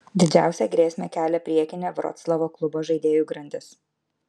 didžiausią grėsmę kelia priekinė vroclavo klubo žaidėjų grandis